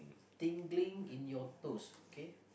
tingling in your toes okay